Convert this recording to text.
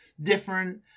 different